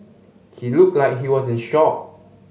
he looked like he was in shock